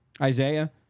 Isaiah